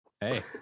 Hey